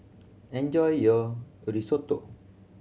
enjoy your a Risotto